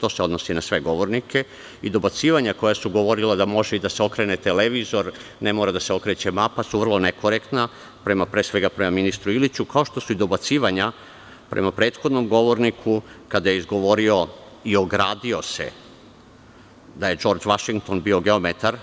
To se odnosi na sve govornike i dobacivanja koja su govorila da može i da se okrene televizor, da ne mora da se okreće mapa, su vrlo nekorektna, pre svega prema ministru Iliću, kao što su i dobacivanja prema prethodnom govorniku kada je izgovorio i ogradio se da je Džordž Vašington bio geometar,